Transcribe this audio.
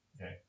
Okay